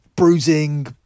bruising